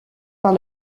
par